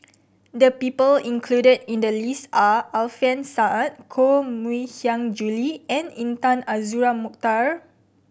the people included in the list are Alfian Sa'at Koh Mui Hiang Julie and Intan Azura Mokhtar